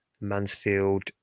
Mansfield